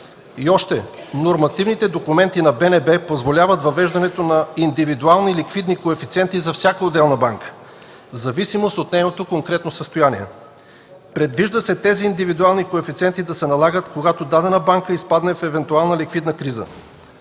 И още, нормативните документи на БНБ позволяват въвеждането на индивидуални ликвидни коефициенти за всяка отделна банка в зависимост от нейното конкретно състояние. Предвижда се тези индивидуални коефициенти да се налагат, когато дадена банка изпадне в евентуална ликвидна криза.